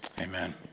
Amen